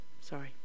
sorry